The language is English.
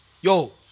Yo